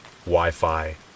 Wi-Fi